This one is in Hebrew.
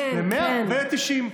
ל-100 ול-90.